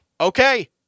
okay